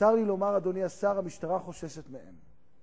צר לי לומר, אדוני השר, המשטרה חוששת מהם.